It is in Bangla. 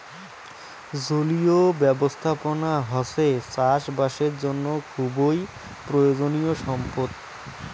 জলীয় ব্যবস্থাপনা হসে চাষ বাসের জন্য খুবই প্রয়োজনীয় সম্পদ